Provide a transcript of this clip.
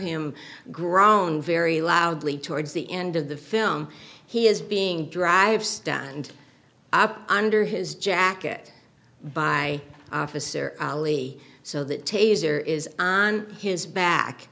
him groan very loudly towards the end of the film he is being dr stand up under his jacket by officer ali so that taser is on his back